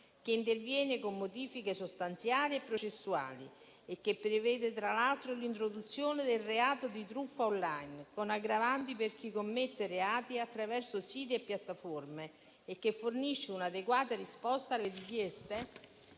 che interviene con modifiche sostanziali e processuali, prevede, tra l'altro, l'introduzione del reato di truffa *online* con aggravanti per chi commette reati attraverso siti e piattaforme e fornisce un'adeguata risposta alle richieste